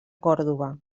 còrdova